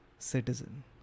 citizen